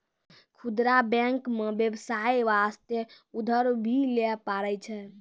खुदरा बैंक मे बेबसाय बास्ते उधर भी लै पारै छै